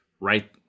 right